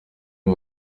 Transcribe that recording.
uyu